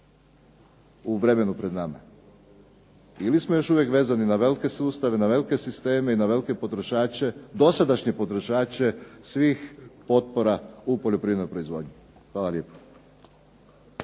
u vremenu pred nama? Ili smo još uvijek vezani na velike sustave i sisteme i na velike potrošače, dosadašnje potrošače svih potpora u poljoprivrednoj proizvodnji? Hvala lijepo.